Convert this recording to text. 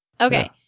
Okay